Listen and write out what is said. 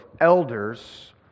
elders